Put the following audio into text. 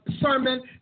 sermon